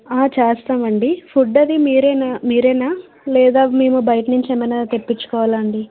చేస్తామండి ఫుడ్ అది మీరేనా మీరేనా లేదా మేము బయటి నుంచి ఏమైనా తెప్పించుకోవాల అండి